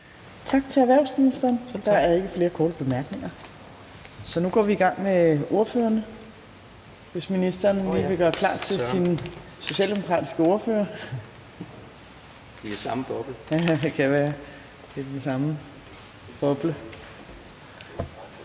Tak til erhvervsministeren. Der er ikke flere korte bemærkninger. Så nu går vi i gang med ordførerne – hvis ministeren lige ville gøre klar til sin socialdemokratiske ordfører. Det kan være, det er den samme boble.